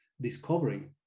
discovery